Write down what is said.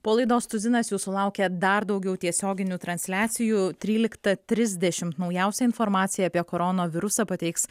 po laidos tuzinas jūsų laukia dar daugiau tiesioginių transliacijų tryliktą trisdešimt naujausią informaciją apie koronavirusą pateiks